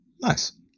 Nice